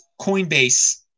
Coinbase